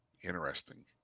Interesting